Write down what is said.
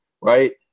right